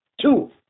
Two